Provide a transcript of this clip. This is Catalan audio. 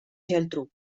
geltrú